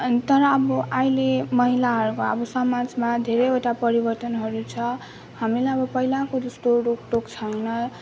तर अब अहिले महिलाहरूको अब सामाजमा धेरैवटा परिवर्तनहरू छ हामीलाई अब पहिलाको जस्तो रोकटोक छैन